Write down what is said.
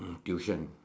tuition